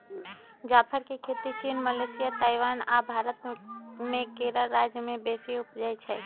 जाफर के खेती चीन, मलेशिया, ताइवान आ भारत मे केरल राज्य में बेशी उपजै छइ